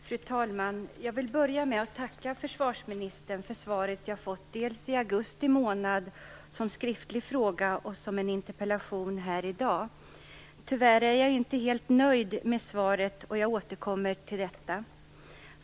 Fru talman! Jag vill börja med att tacka försvarsministern för svaret jag fått dels i augusti månad som svar på skriftlig fråga, dels som interpellationssvar här i dag. Tyvärr är jag inte helt nöjd med svaret, och jag återkommer till detta.